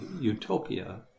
utopia